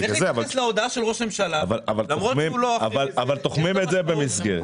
תוחמים את זה במסגרת.